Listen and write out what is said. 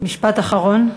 משפט אחרון.